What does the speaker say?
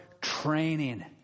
training